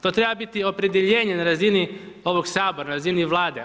To treba biti opredjeljenje na razini ovog Sabora, na razini Vlade.